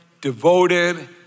devoted